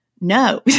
no